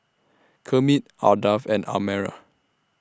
Kermit Ardath and Amare